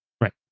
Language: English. Right